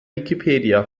wikipedia